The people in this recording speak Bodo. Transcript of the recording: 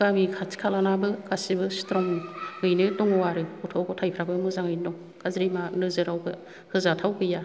गामि खाथि खालानाबो गासिबो सिथ्रंयैनो दङ आरो गथ' गथायफ्राबो मोजाङैनो दं गाज्रि मा नोजोरावबो होजाथाव गैया